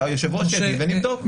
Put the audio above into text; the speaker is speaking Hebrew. שהיושב-ראש יגיד ונבדוק.